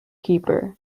keeper